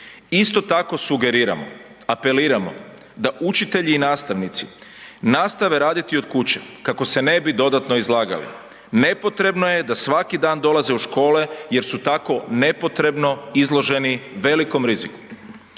Isto tako sugeriramo, apeliramo da učitelji i nastavnici nastave raditi od kuće kako se ne bi dodatno izlagali. Nepotrebno je da svaki dan dolaze u škole jer su tako nepotrebno izloženi velikom riziku.